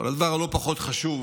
אבל דבר לא פחות חשוב